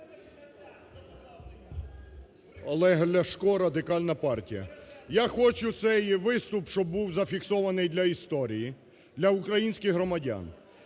Олег Ляшко, Радикальна партія. Я хочу, цей виступ щоб був зафіксований для історії, для українських громадян.